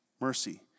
mercy